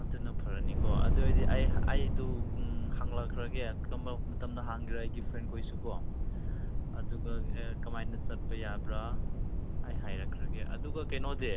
ꯑꯗꯨꯅ ꯐꯔꯅꯤꯀꯣ ꯑꯗꯨ ꯑꯣꯏꯗꯤ ꯑꯩ ꯑꯩꯗꯨ ꯍꯪꯂꯛꯈ꯭ꯔꯒꯦ ꯀꯔꯝꯕ ꯃꯇꯝꯗ ꯍꯥꯡꯒꯦꯔꯥ ꯑꯩꯒꯤ ꯐ꯭ꯔꯦꯟ ꯈꯣꯏꯁꯨꯀꯣ ꯑꯗꯨꯒ ꯀꯃꯥꯏꯅ ꯆꯠꯄꯌꯥꯕ꯭ꯔꯥ ꯑꯩ ꯍꯥꯏꯔꯛꯈ꯭ꯔꯒꯦ ꯑꯗꯨꯒ ꯀꯩꯅꯣꯗꯤ